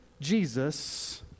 Jesus